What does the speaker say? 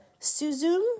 Suzum